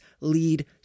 lead